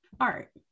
art